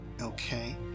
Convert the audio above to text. Okay